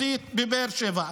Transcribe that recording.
המחוזית בבאר שבע.